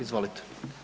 Izvolite.